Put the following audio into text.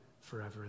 forever